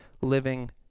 living